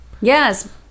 Yes